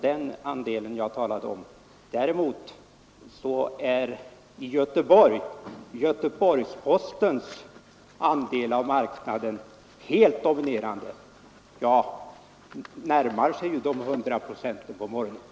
Däremot är Göteborgs-Postens andel av marknaden i Göteborg helt dominerande och närmar sig 100 procent för morgontidningar.